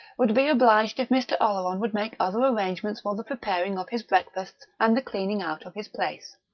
would be obliged if mr. oleron would make other arrangements for the preparing of his breakfasts and the cleaning-out of his place.